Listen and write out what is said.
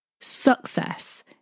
success